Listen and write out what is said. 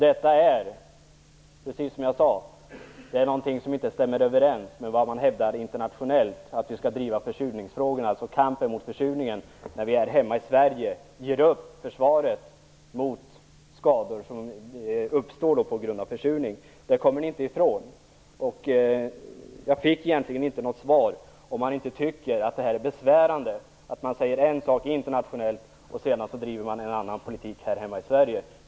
Det stämmer inte överens med vad man hävdar internationellt - att vi skall driva försurningsfrågorna och kampen mot försurningen - när vi här hemma i Sverige ger upp försvaret mot skador som uppstår på grund av försurning. Det kommer socialdemokraterna inte ifrån. Jag fick egentligen inte något svar på frågan om socialdemokraterna inte tycker att det är besvärande att säga en sak internationellt och sedan driva en annan politik här hemma i Sverige.